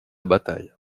bataille